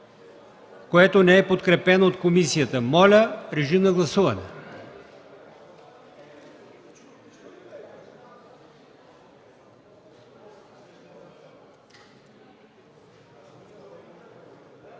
което не е подкрепено от комисията. Моля, режим на гласуване.